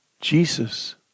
Jesus